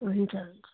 हुन्छ हुन्छ